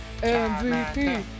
MVP